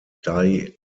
dei